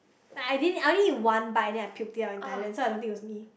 but I didn't I only eat one bite then I puked it out in Thailand so I don't think it was me